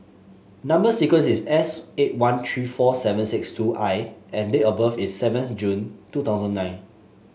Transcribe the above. number sequence is S eight one three four seven six two I and date of birth is seven June two thousand nine